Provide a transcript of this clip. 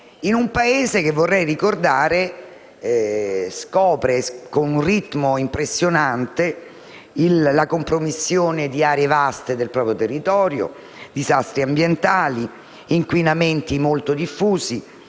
in un Paese che - vorrei ricordarlo - scopre con ritmo impressionante la compromissione di aree vaste del proprio territorio, disastri ambientali e inquinamenti molto diffusi